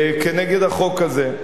כנגד החוק הזה.